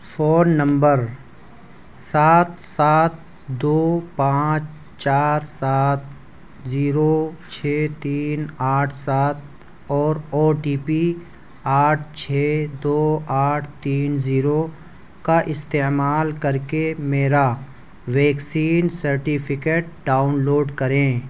phone number سات سات دو پانچ چار سات زیرو چھ تین آٹھ سات اور او ٹی پی آٹھ چھ دو آٹھ تین زیرو کا استعمال کر کے میرا ویکسین سرٹیفکٹ ڈاؤن لوڈ کریں